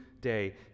day